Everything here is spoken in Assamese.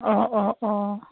অঁ অঁ অঁ